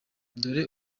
dore